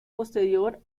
posterior